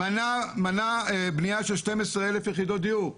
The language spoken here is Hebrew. מנע בנייה של 12,000 יחידות דיור בעיר.